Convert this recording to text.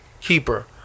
keeper